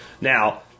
Now